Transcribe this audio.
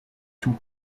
tout